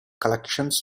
collections